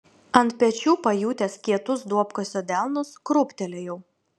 ant pečių pajutęs kietus duobkasio delnus krūptelėjau